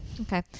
okay